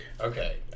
Okay